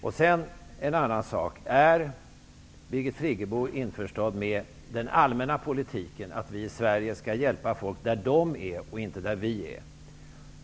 Och sedan en annan sak: Är Birgit Friggebo införstådd med vår allmänna politik att vi i Sverige skall hjälpa människor där de, inte vi, är?